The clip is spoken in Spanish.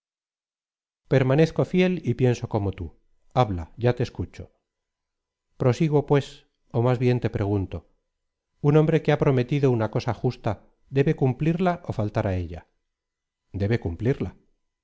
permanezco fiel y pienso como tú habla ya te escucho prosigo pues ó más bien te pregunto un hombre que ha prometido una cosa justa debe cumplirla ó faltar á ella debe cumplirla